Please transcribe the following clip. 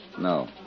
No